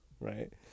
Right